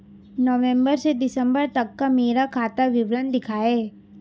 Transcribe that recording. नवंबर से दिसंबर तक का मेरा खाता विवरण दिखाएं?